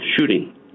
shooting